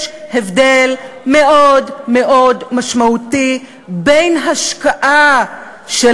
יש הבדל מאוד מאוד משמעותי בין השקעה של